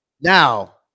now